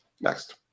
Next